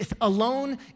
alone